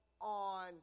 on